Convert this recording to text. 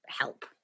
help